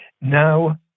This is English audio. Now